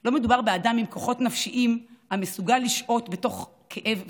לא מדובר באדם עם כוחות נפשיים המסוגל לשהות בתוך כאב וחושך,